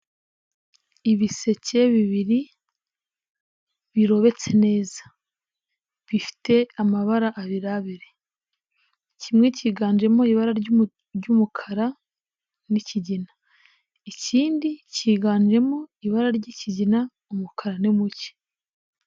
Ibiseke bibiri birobetse neza, bifite amabara abiri abiri, kimwe cyiganjemo ibara ry'umukara n'ikigina, ikindi cyiganjemo ibara ry'ikigina umukara ni muke.